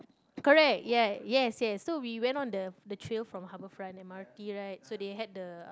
correct ya yes yes so we went on the the trail from Harboutfront M_R_T right so they had the